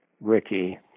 Ricky